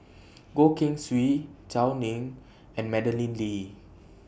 Goh Keng Swee Gao Ning and Madeleine Lee